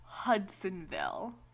Hudsonville